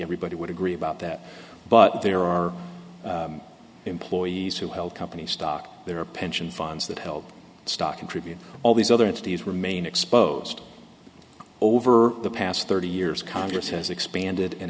everybody would agree about that but there are employees who held companies stock their pension funds that held stock in tribute all these other entities remain exposed over the past thirty years congress has expanded and